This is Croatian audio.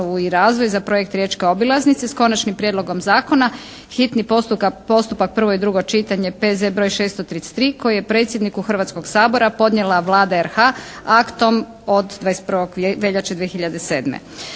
i razvoj za "Projekt riječka obilaznica", s Konačnim prijedlogom zakona, hitni postupak prvo i drugo čitanje, P.Z. br. 633 koji je predsjedniku Hrvatskoga sabora podnijela Vlada RH aktom od 21. veljače 2007.